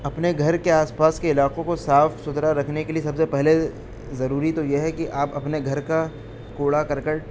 اپنے گھر کے آس پاس کے علاقوں کو صاف ستھرا رکھنے کے لیے سب سے پہلے ضروری تو یہ ہے کہ آپ اپنے گھر کا کوڑا کرکٹ